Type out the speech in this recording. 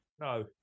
No